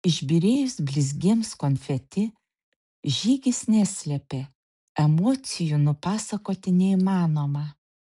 išbyrėjus blizgiems konfeti žygis neslėpė emocijų nupasakoti neįmanoma